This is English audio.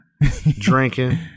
drinking